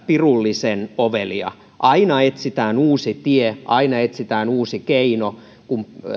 pirullisen ovelia aina etsitään uusi tie aina etsitään uusi keino kun